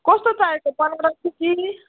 कस्तो चाहिएको बनारसी कि